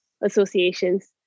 associations